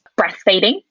Breastfeeding